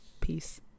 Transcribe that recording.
Peace